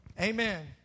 Amen